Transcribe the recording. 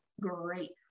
great